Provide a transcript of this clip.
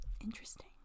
Interesting